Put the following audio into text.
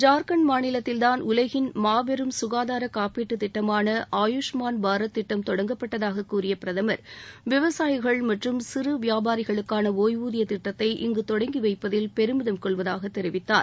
ஜாகண்ட் மாநிலத்தின்தான் உலகின் மாபெரும் சுகாதா காப்பீட்டுத் திட்டமான ஆயூஷ்மான் பாரத் திட்டம் தொடங்கப்பட்டதாகக் கூறிய பிரதம் விவசாயிகள் மற்றும் சிறு வியாபாரிகளுக்கான ஒய்வூதியத் திட்டத்தை இங்கு தொடங்கி வைப்பதில் பெருமிதம் கொள்வதாகத் தெரிவித்தார்